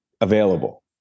available